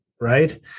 right